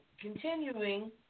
continuing